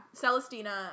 Celestina